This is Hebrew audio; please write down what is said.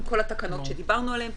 עם כל התקנות שדיברנו עליהן,